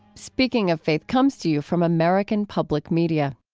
speaking of faith comes to you from american public media